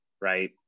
right